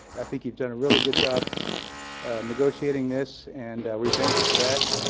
i think you've done a really good job negotiating this, and we thank you for that.